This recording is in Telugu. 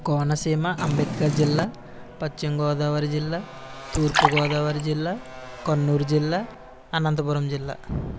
కోనసీమ అంబేద్కర్ జిల్లా పచ్చిమ గోదావరి జిల్లా తూర్పు గోదావరి జిల్లా కర్నూలు జిల్లా అనంతపురం జిల్లా